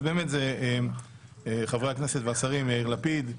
אז זה חברי הכנסת והשרים יאיר לפיד,